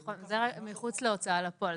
זה מחוץ להוצאה לפועל.